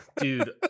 Dude